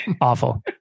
Awful